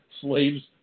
slaves